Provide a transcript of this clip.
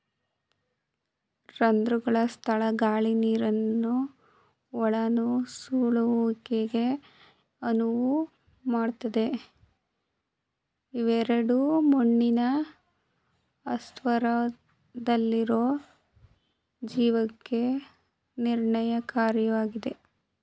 ರಂಧ್ರದ ಸ್ಥಳ ಗಾಳಿ ನೀರಿನ ಒಳನುಸುಳುವಿಕೆಗೆ ಅನುವು ಮಾಡ್ತದೆ ಇವೆರಡೂ ಮಣ್ಣಿನ ಅಸ್ತಿತ್ವದಲ್ಲಿರೊ ಜೀವಕ್ಕೆ ನಿರ್ಣಾಯಕವಾಗಿವೆ